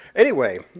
anyway,